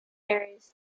marys